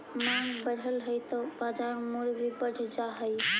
माँग बढ़ऽ हइ त बाजार मूल्य भी बढ़ जा हइ